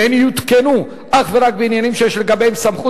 והן יותקנו אך ורק בעניינים שיש לגביהם סמכות